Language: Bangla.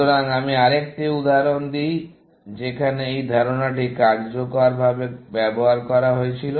সুতরাং আমি আরেকটি উদাহরণ দিই যেখানে এই ধারণাটি কার্যকরভাবে ব্যবহার করা হয়েছিল